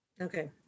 Okay